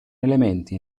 elementi